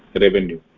revenue